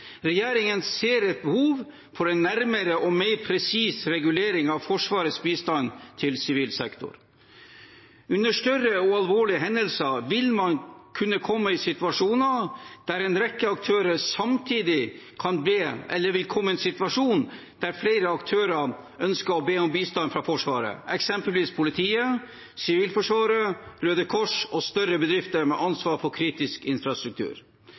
Regjeringen ser et behov for en nærmere og mer presis regulering av Forsvarets bistand til sivil sektor. Under større og alvorlige hendelser vil man kunne komme i en situasjon der flere aktører ønsker å be om bistand fra Forsvaret, eksempelvis politiet, Sivilforsvaret, Røde Kors og større bedrifter med ansvar for kritisk infrastruktur.